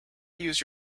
use